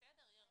לצפות בצילומים,